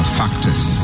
factors